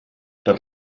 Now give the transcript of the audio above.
per